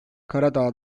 karadağ